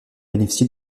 bénéficié